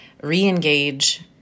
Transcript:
re-engage